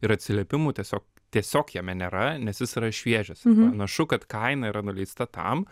ir atsiliepimų tiesiog tiesiog jame nėra nes jis yra šviežias ir panašu kad kaina yra nuleista tam